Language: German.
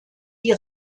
die